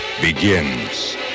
begins